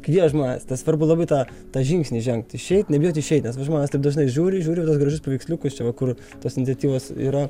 kviest žmones tai svarbu labai tą tą žingsnį žengt išeit nebijot išeit nes va žmonės taip dažnai žiūri žiūri į tuos gražius paveiksliukus čia va kur tos iniciatyvos yra